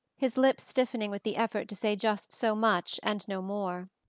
his lips stiffening with the effort to say just so much and no more.